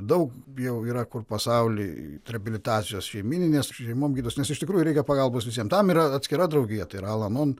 daug jau yra kur pasauly reabilitacijos šeimyninės šeimom gydos nes iš tikrųjų reikia pagalbos visiems tam yra atskira draugija tai yra alanon